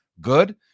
good